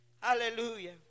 Hallelujah